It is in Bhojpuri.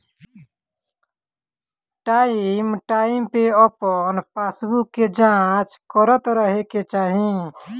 टाइम टाइम पे अपन पासबुक के जाँच करत रहे के चाही